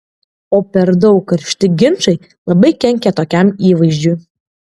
o per daug karšti ginčai labai kenkia tokiam įvaizdžiui